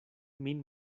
min